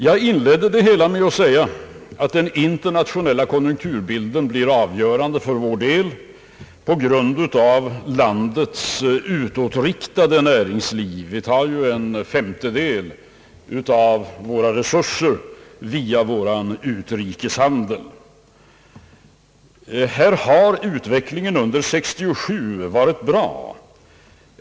Jag inledde det hela med att säga att den internationella konjunkturbilden blir avgörande för vår del på grund av vårt lands utåtriktade näringsliv. Vi tar ju en femtedel av våra resurser via vår utrikeshandel. I detta fall har utvecklingen under 1967 varit bra.